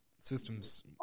systems